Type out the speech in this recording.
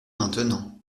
maintenant